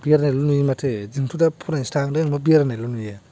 बेरायनायल' नुयो माथो जोंथ' दा फरायनोसो थांदों बेरायनायल' नुयो